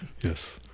Yes